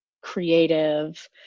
creative